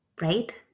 right